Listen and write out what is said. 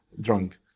drunk